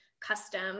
custom